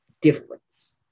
difference